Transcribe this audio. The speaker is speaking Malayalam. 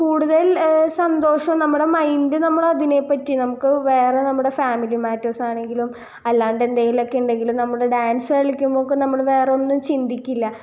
കൂടുതൽ ഏ സന്തോഷം നമ്മുടെ മൈൻഡ് നമ്മളതിനെപ്പറ്റി നമുക്ക് വേറെ നമ്മുടെ ഫാമിലി മറ്റേഴ്സാണെങ്കിലും അല്ലാണ്ടെന്തേലുമൊക്കെ ഉണ്ടെങ്കിലും നമ്മള് ഡാൻസ് കളിക്കുമ്പോളൊക്കെ നമ്മള് വേറൊന്നും ചിന്തിക്കില്ല